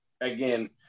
again